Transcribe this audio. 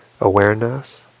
awareness